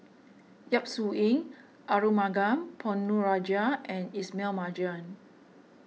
Yap Su Yin Arumugam Ponnu Rajah and Ismail Marjan